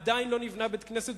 עדיין לא נבנה בית-כנסת,